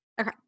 Okay